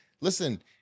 listen